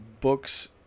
books